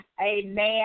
amen